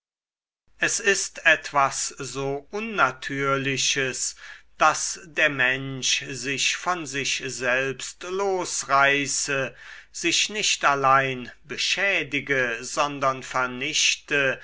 es ist etwas so unnatürliches daß der mensch sich von sich selbst losreiße sich nicht allein beschädige sondern vernichte